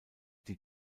die